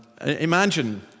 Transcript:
Imagine